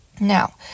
Now